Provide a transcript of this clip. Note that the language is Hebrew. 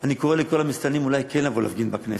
אני קורא לכל המסתננים אולי כן לבוא להפגין בכנסת,